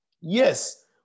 Yes